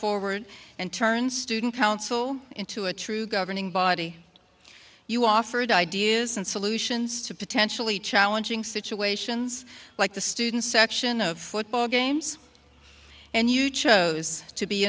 forward and turn student council into a true governing body you offered ideas and solutions to potentially challenging situations like the student section of football games and you chose to be